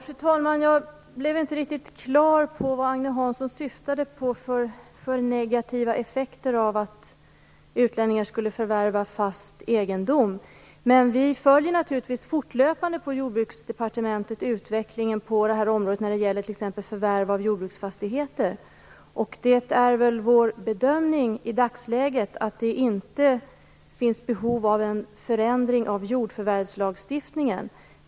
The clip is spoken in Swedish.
Fru talman! Jag blev inte riktigt klar över vad Agne Hansson syftade på för negativa effekter av att utlänningar förvärvar fast egendom. I Jordbruksdepartementet följer vi naturligtvis fortlöpande utvecklingen när det gäller t.ex. förvärv av jordbruksfastigheter. Det är i dagsläget vår bedömning att det inte finns behov av en förändring av jordförvärvslagstiftningen.